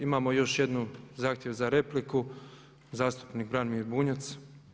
Imamo još jedan zahtjev za repliku, zastupnik Branimir Bunjac.